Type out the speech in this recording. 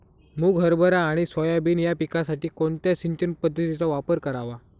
मुग, हरभरा आणि सोयाबीन या पिकासाठी कोणत्या सिंचन पद्धतीचा वापर करावा?